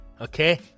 okay